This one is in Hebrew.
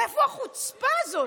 מאיפה החוצפה הזאת?